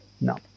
No